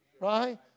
Right